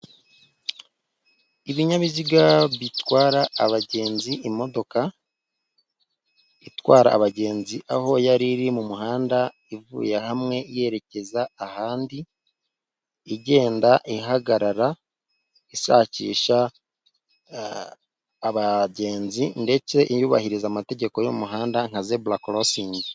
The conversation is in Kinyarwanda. Ibinyabiziga bitwara abagenzi, imodoka itwara abagenzi aho yari iri mu muhanda, ivuye hamwe yerekeza ahandi, igenda ihagarara ishakisha abagenzi ndetse yubahiriza amategeko y'umuhanda, nka zebura korosingi.